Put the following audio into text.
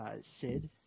Sid